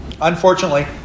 unfortunately